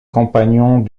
compagnons